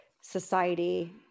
society